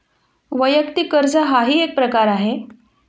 वैयक्तिक कर्ज हाही एक प्रकार आहे